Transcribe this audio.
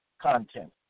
content